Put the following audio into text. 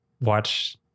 watch